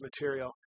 material